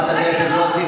חברת הכנסת גוטליב,